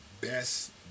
best